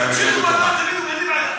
אני קורא אותך לסדר בפעם השנייה.